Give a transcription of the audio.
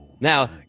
Now